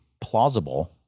plausible